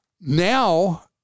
now